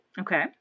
Okay